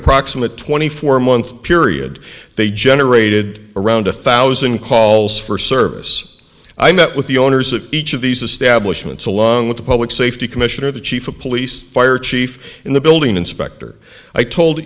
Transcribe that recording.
approximate twenty four month period they generated around one thousand calls for service i met with the owners of each of these establishments along with the public safety commissioner the chief of police fire chief in the building inspector i told